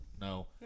No